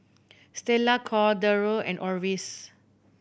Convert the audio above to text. Stella Cordero and Orvis